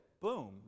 boom